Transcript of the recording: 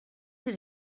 that